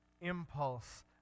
impulse